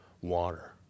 water